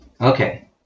okay